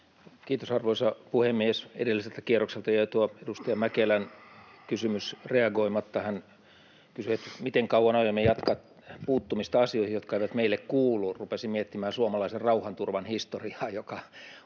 Kiitos, arvoisa puhemies! Edelliseltä kierrokselta jäi edustaja Mäkelän kysymykseen reagoimatta. Hän kysyi, miten kauan aiomme jatkaa puuttumista asioihin, jotka eivät meille kuulu. Rupesin miettimään suomalaisen rauhanturvan historiaa, joka on